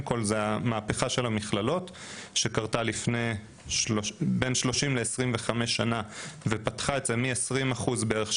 כל המהפכה של המכללות האלו שקרתה לפני כ-25-30 שנים והגדילה את אחוזי